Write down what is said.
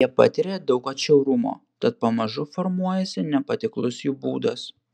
jie patiria daug atšiaurumo tad pamažu formuojasi nepatiklus jų būdas